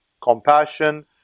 Compassion